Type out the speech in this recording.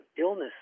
illness